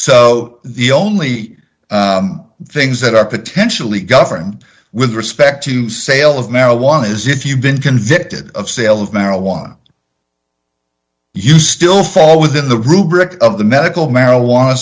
so the only things that are potentially governed with respect to sale of marijuana is if you've been convicted of sale of marijuana you still fall within the rubric of the medical marijuana